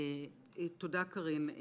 תודה, קארין.